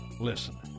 Listen